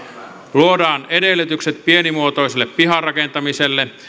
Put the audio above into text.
luodaan edellytykset pienimuotoiselle piharakentamiselle